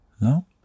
no